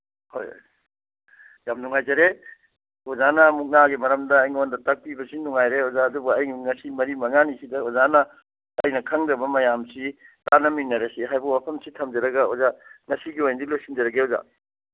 ꯍꯣꯏ ꯌꯥꯝ ꯅꯨꯡꯉꯥꯏꯖꯔꯦ ꯑꯣꯖꯥꯅ ꯃꯨꯛꯅꯥꯒꯤ ꯃꯔꯝꯗ ꯑꯩꯉꯣꯟꯗ ꯇꯥꯛꯄꯤꯕꯁꯤ ꯅꯨꯡꯉꯥꯏꯔꯦ ꯑꯣꯖꯥ ꯑꯗꯨꯕꯨ ꯑꯩ ꯉꯁꯤ ꯃꯔꯤ ꯃꯉꯥꯅꯤꯁꯤꯗ ꯑꯣꯖꯥ ꯑꯩꯅ ꯈꯪꯗꯕ ꯃꯌꯥꯝꯁꯤ ꯇꯥꯅꯃꯤꯟꯅꯔꯁꯤ ꯍꯥꯏꯕ ꯋꯥꯐꯝꯁꯤ ꯊꯝꯖꯔꯒ ꯑꯣꯖꯥ ꯉꯁꯤꯒꯤ ꯑꯣꯏꯅꯗꯤ ꯂꯣꯏꯁꯤꯟꯖꯔꯒꯦ ꯑꯣꯖꯥ